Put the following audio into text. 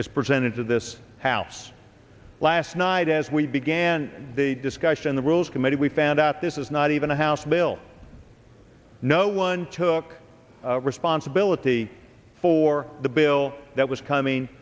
is presented to this house last night as we began the discussion the rules committee we found out this is not even a house bill no one took responsibility for the bill that was coming